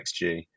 XG